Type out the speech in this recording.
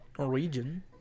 Norwegian